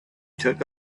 took